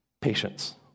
patience